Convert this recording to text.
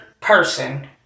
person